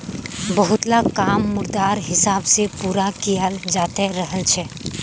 बहुतला काम मुद्रार हिसाब से पूरा कियाल जाते रहल छे